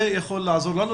זה יכול לעזור לנו,